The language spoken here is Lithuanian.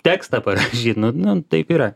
tekstą parašyt nu nu taip yra